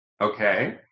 okay